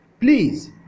Please